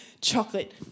chocolate